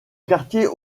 quartier